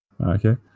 okay